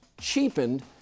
cheapened